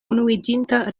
unuiĝinta